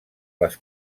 les